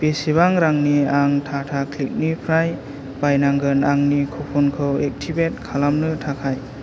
बेसेबां रांनि आं टाटा क्लिकनिफ्राय बायनांगोन आंनि कुपनखौ एक्टिभेट खालामनो थाखाय